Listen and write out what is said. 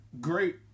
great